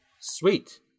Sweet